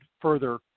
further